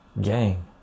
gang